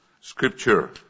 scripture